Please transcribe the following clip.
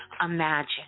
imagine